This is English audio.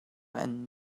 and